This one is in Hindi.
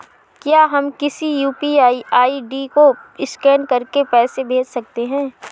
क्या हम किसी यू.पी.आई आई.डी को स्कैन करके पैसे भेज सकते हैं?